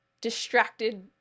distracted